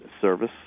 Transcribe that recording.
service